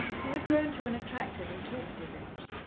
who had grown to an attractive and talkative age.